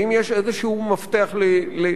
האם יש איזה מפתח להתמודדות.